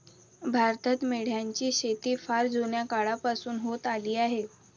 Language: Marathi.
भारतात मेंढ्यांची शेती फार जुन्या काळापासून होत आली आहे